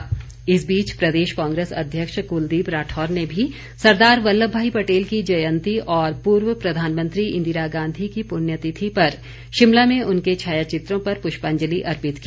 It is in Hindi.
पटेल जयंती कांग्रेस इस बीच प्रदेश कांग्रेस अध्यक्ष कुलदीप राठौर ने भी सरदार वल्लभ भाई पटेल की जयंती और पूर्व प्रधानमंत्री इंदिरा गांधी की पुण्यतिथि पर शिमला में उनके छायाचित्रों पर पुष्पाजंलि अर्पित की